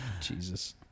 Jesus